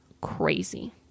crazy